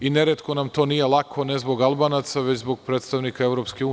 Neretko nam to nije lako, ne zbog Albanaca, već zbog predstavnika EU.